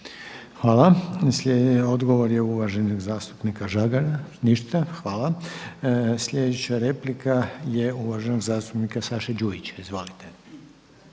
Hvala. Odgovor je uvaženog zastupnika Žagara? Ništa? Hvala. Sljedeća replika je uvaženog zastupnika Saše Đujića. Izvolite.